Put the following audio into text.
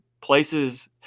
places